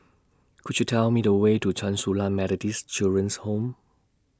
Could YOU Tell Me The Way to Chen Su Lan Methodist Children's Home